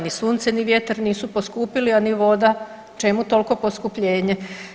Ni sunce, ni vjetar nisu poskupili, a ni voda čemu takvo poskupljenje?